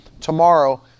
tomorrow